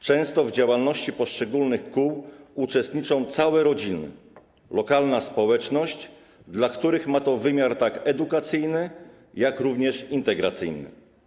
Często w działalności poszczególnych kół uczestniczą całe rodziny, lokalna społeczność, dla której ma to wymiar edukacyjny, jak również integracyjny.